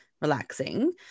relaxing